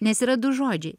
nes yra du žodžiai